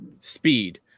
speed